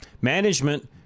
Management